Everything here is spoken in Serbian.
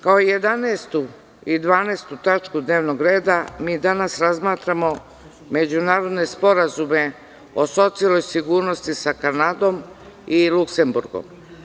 Kao 11. i 12. tačku dnevnog reda mi danas razmatramo međunarodne sporazume o socijalnoj sigurnosti sa Kanadom i Luksemburgom.